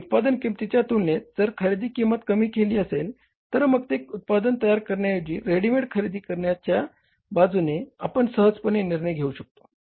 आणि उत्पादन किमतीच्या तुलनेत जर खरेदी किंमत कमी असेल तर मग ते उत्पादन तयार करण्याऐवजी रेडिमेड खरेदी करण्याच्या बाजूने आपण सहजपणे निर्णय घेऊ शकतो